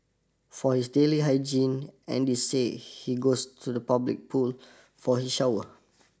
for his daily hygiene Andy say he goes to a public pool for his shower